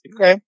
Okay